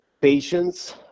patience